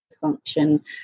function